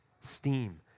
steam